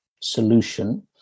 solution